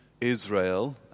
Israel